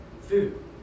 Food